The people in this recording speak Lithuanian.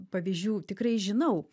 pavyzdžių tikrai žinau